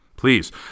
Please